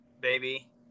baby